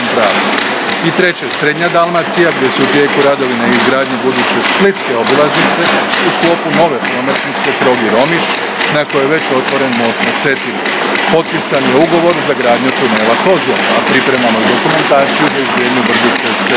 I treće, srednja Dalmacija gdje su u tijeku radovi na izgradnji buduće splitske obilaznice u sklopu nove prometnice Trogir – Omiš, na kojoj je već otvoren most na Cetini. Potpisan je i ugovor za gradnju tunela Kozjak, a pripremamo i dokumentaciju za izgradnju brze ceste